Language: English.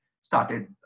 started